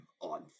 on